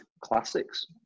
classics